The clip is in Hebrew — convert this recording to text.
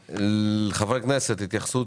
חברי הכנסת, התייחסות.